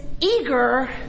eager